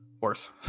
Worse